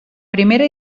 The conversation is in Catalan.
primera